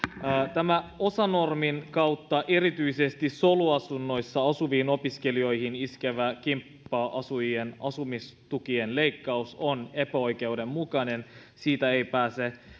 tämä osa asunnon normin kautta erityisesti soluasunnoissa asuviin opiskelijoihin iskevä kimppa asujien asumistukien leikkaus on epäoikeudenmukainen siitä ei pääse